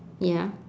ya